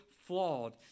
flawed